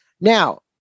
Now